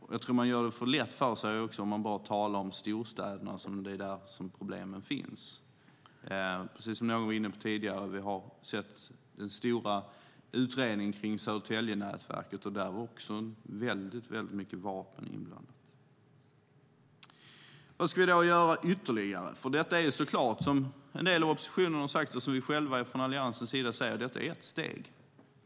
Jag tror att man gör det för lätt för sig om man bara talar om storstäderna när det gäller var dessa problem finns. Precis som någon var inne på tidigare har vi sett den stora utredningen kring Södertäljenätverket, och där var det mycket vapen inblandade. Vad ska vi då göra ytterligare? Detta är såklart, som en del av oppositionen och vi själva från Alliansen säger, ett steg.